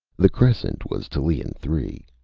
the crescent was tallien three,